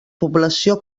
població